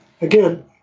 Again